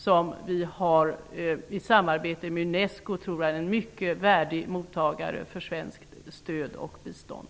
Med hjälp av vårt samarbete med Unesco tror jag att stationen blir en värdig mottagare av svenskt stöd och bistånd.